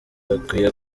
bakwiye